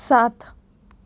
સાત